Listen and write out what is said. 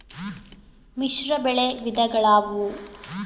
ಮಿಶ್ರಬೆಳೆ ವಿಧಗಳಾವುವು?